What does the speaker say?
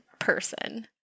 person